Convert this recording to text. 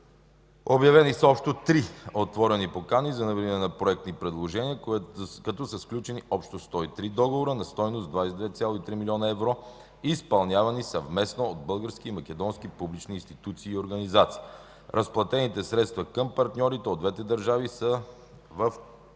Обявени са общо три отворени покани за набиране на проекти и предложения, като са сключени общо 103 договора на стойност 22,3 млн. евро, изпълнявани съвместно от български и македонски публични институции и организации. Разплатените средства към партньорите от двете държави са в размер на